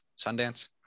Sundance